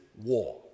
war